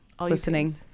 listening